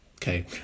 Okay